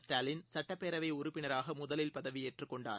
ஸ்டாலின் சட்டப்பேரவைஉறப்பினராகமுதலில் பதவியேற்றுக் கொண்டார்